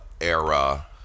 era